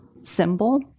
symbol